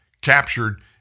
captured